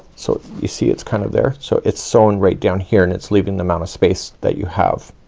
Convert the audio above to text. so you see it's kind of there. so it's sewn right down here, and it's leaving the amount of space that you have.